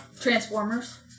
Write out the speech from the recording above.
Transformers